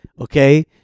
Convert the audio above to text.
Okay